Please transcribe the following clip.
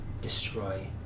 destroy